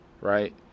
right